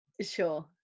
Sure